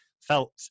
felt